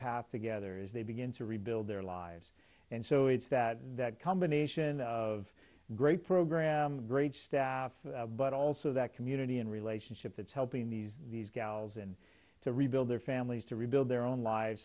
path together as they begin to rebuild their lives and so it's that combination of great program great staff but also that community and relationship that's helping these these gals and to rebuild their families to rebuild their own lives